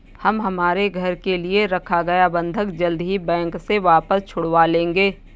हम हमारे घर के लिए रखा गया बंधक जल्द ही बैंक से वापस छुड़वा लेंगे